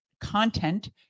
content